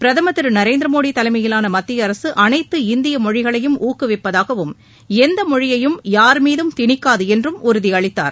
பிரதமர் திரு நரேந்திர மோடி தலைமையிலான மத்திய அரசு அனைத்து இந்திய மொழிகளையும் ஊக்குவிப்பதாகவும் எந்த மொழியையும் யார்மீதம் திணிக்காது என்றும் உறுதியளித்தார்